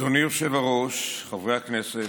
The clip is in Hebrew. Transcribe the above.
אדוני היושב-ראש, חברי הכנסת,